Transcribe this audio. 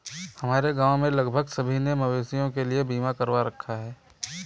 हमारे गांव में लगभग सभी ने मवेशियों के लिए बीमा करवा रखा है